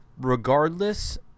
regardless